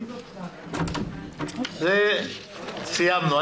זה סיימנו.